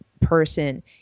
person